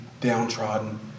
downtrodden